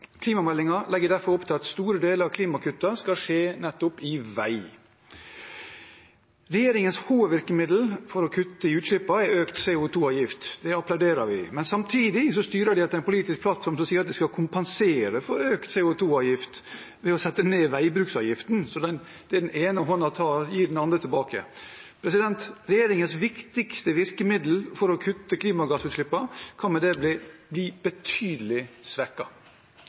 legger derfor opp til at store deler av klimakuttene skal skje nettopp i vei. Regjeringens hovedvirkemiddel for å kutte i utslippene er økt CO 2 -avgift, og det applauderer vi. Samtidig styrer de etter en politisk plattform som sier at de skal kompensere for økt CO 2 -avgift ved å sette ned veibruksavgiften. Så det den ene hånden tar, gir den andre tilbake. Regjeringens viktigste virkemiddel for å kutte klimagassutslippene kan med det bli betydelig